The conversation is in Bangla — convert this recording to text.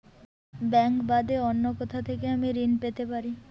ব্যাংক বাদে অন্য কোথা থেকে আমি ঋন পেতে পারি?